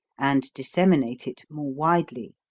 and disseminate it more widely.